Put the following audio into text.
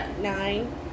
nine